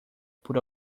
por